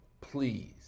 Please